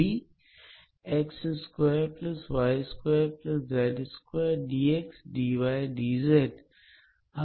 माना वह स्फीयर गोला दिया गया है